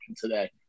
today